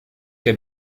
der